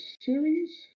series